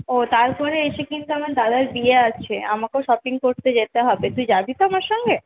ও তারপরে এসে কিন্তু আমার দাদার বিয়ে আছে আমাকেও শপিং করতে যেতে হবে তুই যাবি তো আমার সঙ্গে